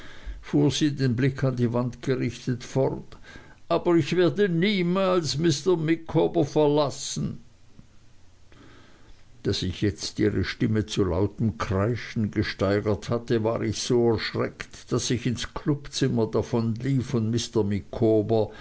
sie den blick auf die wand gerichtet fort aber ich werde niemals mr micawber verlassen da sich ihre stimme jetzt zu lautem kreischen gesteigert hatte war ich so erschreckt daß ich ins klubzimmer davonlief und